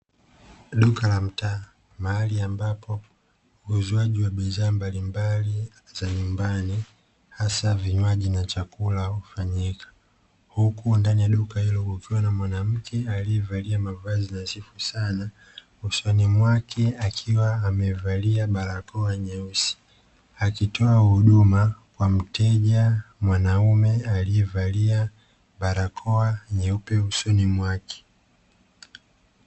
Duka la mtaa mahali ambapo uuzwaji wa bidhaa mbalimbali za nyumbani hasa vinywaji na chakula hufanyika, huku ndani ya duka hilo kukiwa na mwanamke aliye vaa mavazi nadhifu sana, usoni mwake akiwa amevalia barakoa nyeusi akitoa huduma kwa mteja mwanaume akivalia barakoa nyeupe usoni mwake.